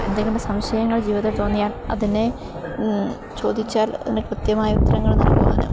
എന്തെങ്കിലും സംശയങ്ങൾ ജീവിതത്തിൽ തോന്നിയാൽ അപ്പം തന്നെ ചോദിച്ചാൽ അതിന് കൃത്യമായ ഉത്തരങ്ങൾ നൽകുവാനും